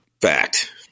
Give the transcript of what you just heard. Fact